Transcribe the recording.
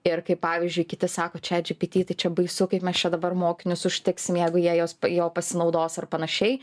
ir kaip pavyzdžiui kiti sako chatgpt čia baisu kaip mes čia dabar mokinius užtiksim jeigu jie jos juo pasinaudos ar panašiai